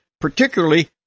particularly